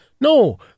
no